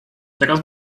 teraz